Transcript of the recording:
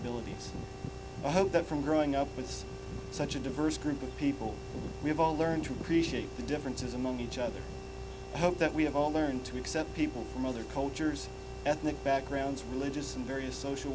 abilities i hope that from growing up with such a diverse group of people we have all learned to appreciate the differences among each other hope that we have all learned to accept people from other cultures ethnic backgrounds and various social